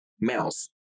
Males